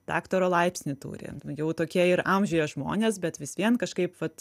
daktaro laipsnį turi jau tokie ir amžiuje žmonės bet vis vien kažkaip vat